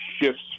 shifts